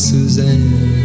Suzanne